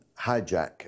hijack